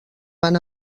van